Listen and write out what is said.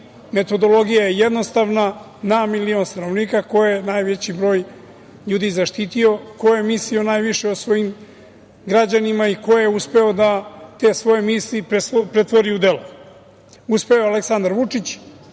Metodologija je jednostavna – na milion stanovnika ko je najveći broj ljudi zaštitio, ko je mislio najviše o svojim građanima i ko je uspeo da te svoje misli pretvori u delo? Uspeo je Aleksandar Vučić,